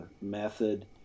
method